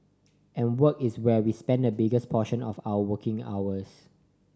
and work is where we spend the biggest portion of our waking hours